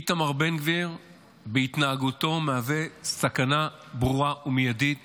איתמר בן גביר בהתנהגותו מהווה סכנה ברורה ומיידית